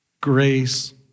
grace